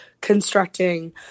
constructing